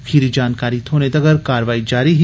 खीरी जानकारी थ्होने तगर कार्यवाई जारी ही